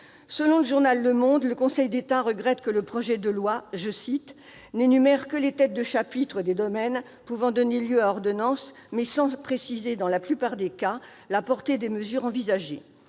Selon le journal, le Conseil d'État regrette que le projet de loi « n'énumère que les têtes de chapitre des domaines pouvant donner lieu à ordonnances, mais sans préciser, dans la plupart des cas, la portée des mesures envisagées.